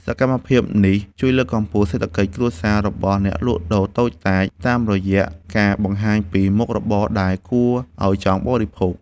សកម្មភាពនេះជួយលើកកម្ពស់សេដ្ឋកិច្ចគ្រួសាររបស់អ្នកលក់ដូរតូចតាច តាមរយៈការបង្ហាញពីមុខម្ហូបដែលគួរឱ្យចង់បរិភោគ។